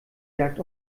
jagd